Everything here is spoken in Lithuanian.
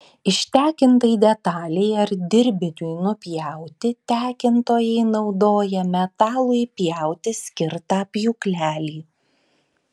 ištekintai detalei ar dirbiniui nupjauti tekintojai naudoja metalui pjauti skirtą pjūklelį